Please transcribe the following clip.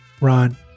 Ron